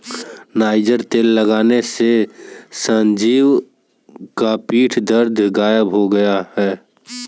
niger तेल लगाने से संजीव का पीठ दर्द गायब हो गया